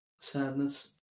Sadness